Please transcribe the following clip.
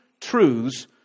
truths